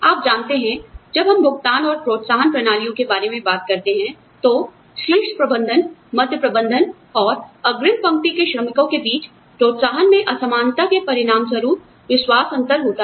आप जानते हैं जब हम भुगतान और प्रोत्साहन प्रणालियों के बारे में बात करते हैं तो शीर्ष प्रबंधन मध्य प्रबंधन और अग्रिम पंक्ति के श्रमिकों के बीच प्रोत्साहन में असमानता के परिणामस्वरूप विश्वास अंतर होता है